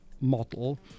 model